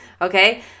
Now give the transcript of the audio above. Okay